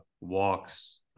walks